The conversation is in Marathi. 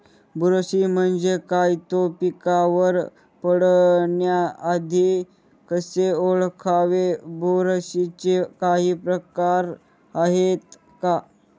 बुरशी म्हणजे काय? तो पिकावर पडण्याआधी कसे ओळखावे? बुरशीचे काही प्रकार आहेत का?